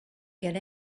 get